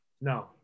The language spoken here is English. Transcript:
no